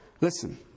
Listen